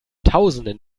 tausenden